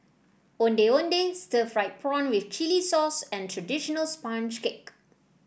Ondeh Ondeh Stir Fried Prawn with Chili Sauce and traditional sponge cake